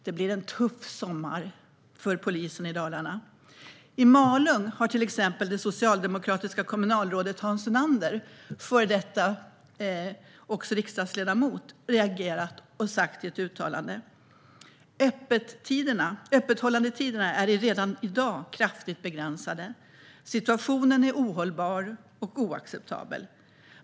Det blir en tuff sommar för polisen i Dalarna. I Malung har det socialdemokratiska kommunalrådet och före detta riksdagsledamoten Hans Unander reagerat och sagt i ett uttalande: Öppethållandetiderna är redan i dag kraftigt begränsade. Situationen är ohållbar och oacceptabel.